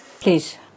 Please